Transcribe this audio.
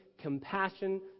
compassion